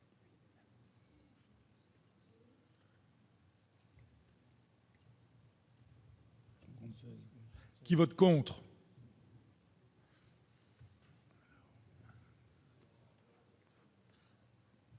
qui vote contre.